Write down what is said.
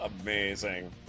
Amazing